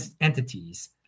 entities